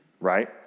right